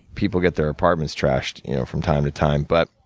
people get their apartments trashed you know from time to time. but,